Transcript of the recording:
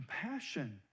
compassion